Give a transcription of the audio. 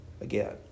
again